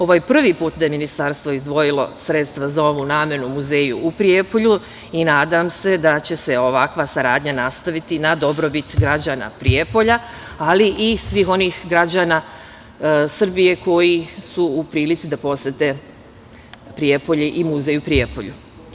Ovo je prvi put da je Ministarstvo izdvojilo sredstva za ovu namenu muzeju u Prijepolju i nadam se da će se ovakva saradnja nastaviti na dobrobit građana Prijepolja, ali i svih onih građana Srbije koji su u prilici da posete Prijepolje i muzej u Prijepolju.